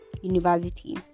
university